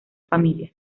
familias